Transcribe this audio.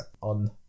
on